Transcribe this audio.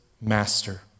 master